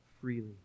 freely